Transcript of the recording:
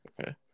Okay